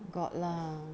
got lah